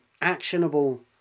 actionable